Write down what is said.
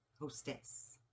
hostess